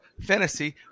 fantasy